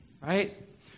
Right